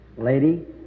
Lady